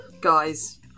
guys